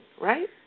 right